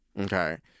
Okay